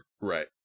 Right